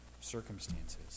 circumstances